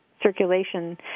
circulation